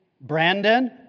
Brandon